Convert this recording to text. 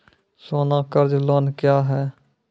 सोना कर्ज लोन क्या हैं?